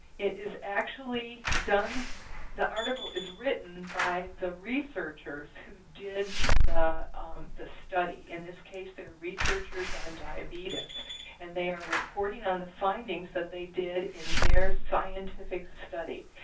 it is actually done the article is written by the researchers who did the the study. in this case they're researchers on diabetes and they are reporting on the findings that they did in their scientific study,